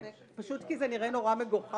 פשוט כי זה נראה מאוד מגוחך.